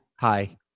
hi